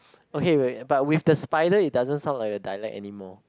okay wait but with the spider it doesn't sound like a dialect anymore